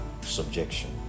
subjection